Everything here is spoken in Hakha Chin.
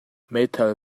meithal